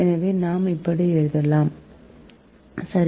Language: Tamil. எனவே நாம் இப்படி எழுதலாம் சரி